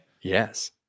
Yes